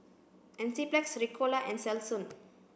Enzyplex Ricola and Selsun